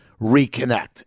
reconnect